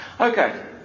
Okay